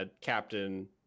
captain